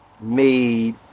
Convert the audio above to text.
made